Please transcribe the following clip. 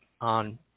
on